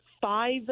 five